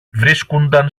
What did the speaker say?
βρίσκουνταν